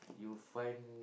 you find